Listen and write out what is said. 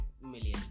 million